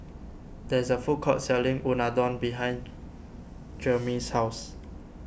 there is a food court selling Unadon behind Jermey's house